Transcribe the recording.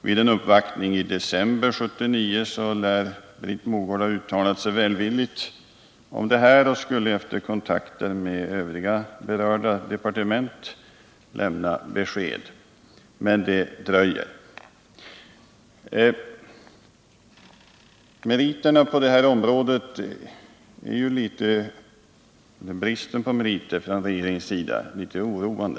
Vid en uppvaktning i december 1979 lär Britt Mogård ha uttalat sig välvilligt, och hon skulle efter kontakter med övriga berörda departement lämna besked. Men det dröjer. Regeringens brist på meriter på det här området är litet oroande.